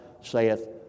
saith